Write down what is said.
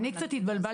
אני קצת התבלבלתי,